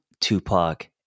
Tupac